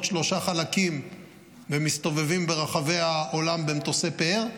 שלושה חלקים ומסתובבים ברחבי העולם במטוסי פאר,